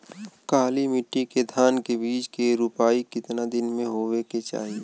काली मिट्टी के धान के बिज के रूपाई कितना दिन मे होवे के चाही?